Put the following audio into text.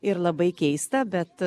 ir labai keista bet